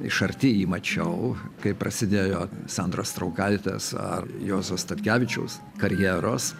iš arti jį mačiau kai prasidėjo sandros straukaitės ar juozo statkevičiaus karjeros